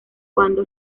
cuándo